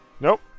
Nope